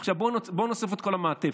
עכשיו בואי נוסיף את כל המעטפת.